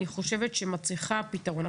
מצריכה פתרון.